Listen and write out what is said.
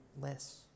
less